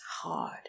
hard